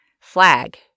Flag